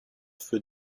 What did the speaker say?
für